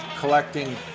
Collecting